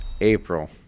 april